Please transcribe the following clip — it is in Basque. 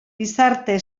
gizarte